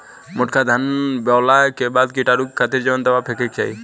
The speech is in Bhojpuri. मोटका धान बोवला के बाद कीटाणु के खातिर कवन दावा फेके के चाही?